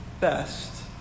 best